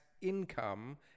income